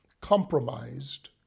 compromised